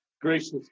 Gracious